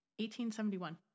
1871